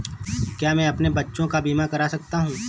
क्या मैं अपने बच्चों का बीमा करा सकता हूँ?